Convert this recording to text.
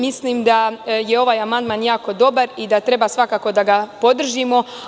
Mislim da je ovaj amandman jako dobar i da treba da ga podržimo.